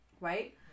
right